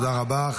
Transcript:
תודה רבה.